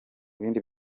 bindi